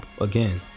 again